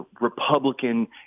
Republican